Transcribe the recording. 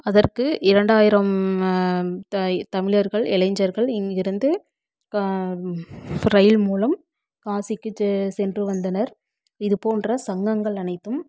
அதற்கு இரண்டாயிரம் த தமிழர்கள் இளைஞர்கள் இங்கேருந்து கா ரயில் மூலம் காசிக்கு சே சென்று வந்தனர் இது போன்ற சங்கங்கள் அனைத்தும்